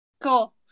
Cool